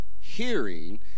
Hearing